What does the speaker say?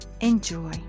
Enjoy